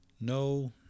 no